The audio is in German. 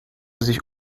sich